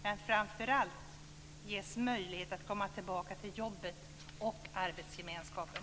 Men framför allt ges det möjlighet för människor att komma tillbaka till jobbet och arbetsgemenskapen.